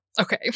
Okay